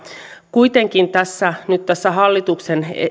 kuitenkin nyt tässä hallituksen